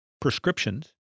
prescriptions